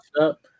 up